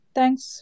Thanks